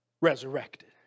resurrected